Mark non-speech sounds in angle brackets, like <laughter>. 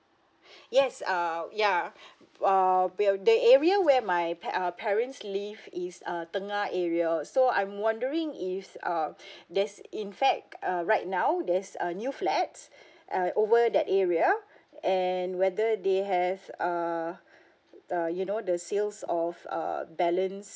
<breath> yes err yeah ah well the area where my par~ uh parents live is err tengah area so I'm wondering if uh <breath> there's in fact uh right now there's uh new flats uh over that area and whether they have err err you know the sales of uh balance